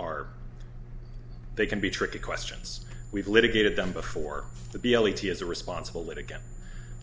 are they can be tricky questions we've litigated them before the b l t as a responsible way to get